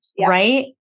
Right